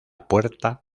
puerta